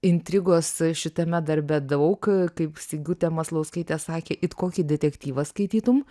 intrigos šitame darbe daug kaip sigutė maslauskaitė sakė it kokį detektyvą skaitytum